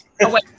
away